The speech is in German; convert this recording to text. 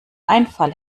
einfall